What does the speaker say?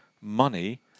Money